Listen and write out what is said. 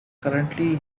currently